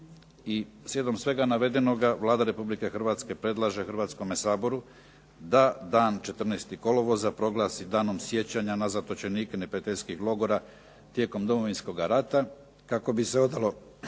slijedom svega navedenoga Vlada Republike Hrvatske predlaže Hrvatskome saboru da dan 14. kolovoza proglasi „Danom sjećanja na zatočenike neprijateljskih logora tijekom Domovinskoga rata“ kako bi se odalo